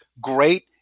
great